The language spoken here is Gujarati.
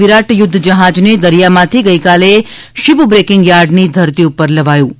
વિરાટ યુધ્ધ જહાજને દરિયા માથી ગઇકાલે શીપબ્રકિંગ યાર્ડની ધરતી ઉપર લવાયુ હતું